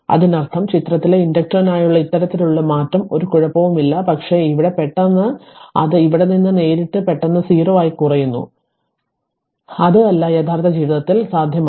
അതിനർത്ഥം ചിത്രത്തിലെ ഇൻഡക്റ്ററിനായുള്ള ഇത്തരത്തിലുള്ള മാറ്റം ഒരു കുഴപ്പമില്ല പക്ഷേ ഇവിടെ പെട്ടെന്ന് അത് ഇവിടെ നിന്ന് നേരിട്ട് പെട്ടെന്ന് 0 ആയി കുറയുന്നു അത് അല്ല യഥാർത്ഥ ജീവിതത്തിൽ സാധ്യമല്ല